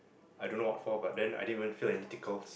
I don't know what for but then I didn't even feel any tickle